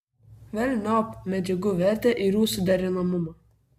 velniop medžiagų vertę ir jų suderinamumą